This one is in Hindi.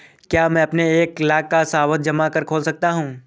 क्या मैं एक लाख का सावधि जमा खोल सकता हूँ?